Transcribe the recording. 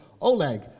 Oleg